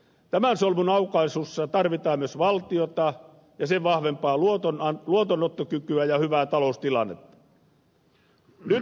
tämän solmun aukaisussa tarvitaan myös valtiota ja sen vahvempaa luotonottokykyä ja hyvää taloustilannetta